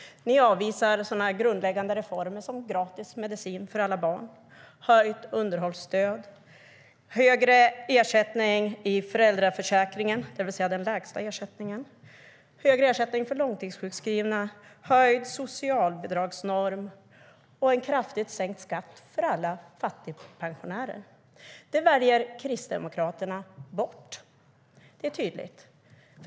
Ni avvisar så grundläggande reformer som gratis medicin för alla barn, höjt underhållsstöd, högre lägsta ersättning i föräldraförsäkringen, högre ersättning för långtidssjukskrivna, höjd socialbidragsnorm och kraftigt sänkt skatt för alla fattigpensionärer. Det väljer Kristdemokraterna bort. Det är tydligt.